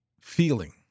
feeling